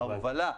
ההובלה,